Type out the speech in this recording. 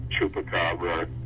chupacabra